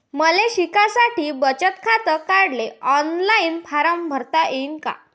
मले शिकासाठी बचत खात काढाले ऑनलाईन फारम भरता येईन का?